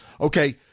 Okay